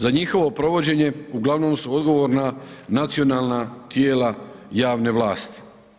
Za njihovo provođenje uglavnom su odgovorna nacionalna tijela javne vlasti.